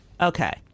okay